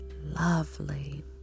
lovely